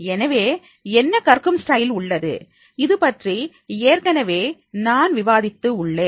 எனவே என்ன கற்கும் ஸ்டைல் உள்ளது இதுபற்றி ஏற்கனவே நான் விவாதித்து உள்ளேன்